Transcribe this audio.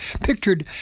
pictured